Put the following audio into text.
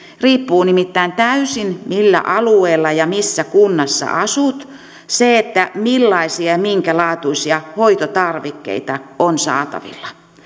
nimittäin täysin siitä millä alueella ja missä kunnassa asut riippuu millaisia ja minkä laatuisia hoitotarvikkeita on saatavilla